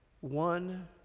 one